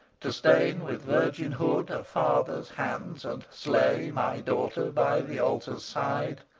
to stain with virgin hood a father's hands, and slay my daughter, by the altar's side!